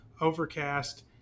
Overcast